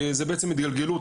זה בעצם התגלגלות,